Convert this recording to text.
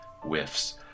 whiffs